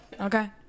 okay